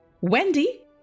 Wendy